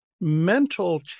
mental